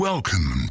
Welcome